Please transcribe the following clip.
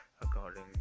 according